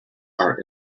are